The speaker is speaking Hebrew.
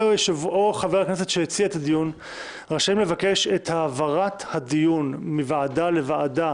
או חבר הכנסת שהציע את הדיון רשאים לבקש את העברת הדיון מוועדה לוועדה,